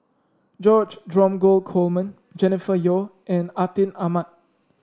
George Dromgold Coleman Jennifer Yeo and Atin Amat